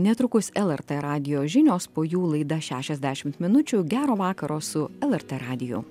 netrukus lrt radijo žinios po jų laida šešiasdešimt minučių gero vakaro su lrt radiju